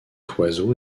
oiseau